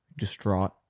distraught